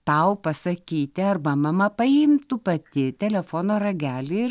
tau pasakyti arba mama paimtų pati telefono ragelį ir